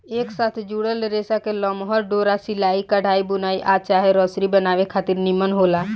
एक साथ जुड़ल रेसा के लमहर डोरा सिलाई, कढ़ाई, बुनाई आ चाहे रसरी बनावे खातिर निमन होला